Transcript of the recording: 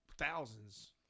Thousands